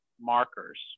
markers